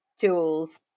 jewels